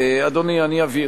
אדוני, אני אבהיר.